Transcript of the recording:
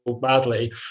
badly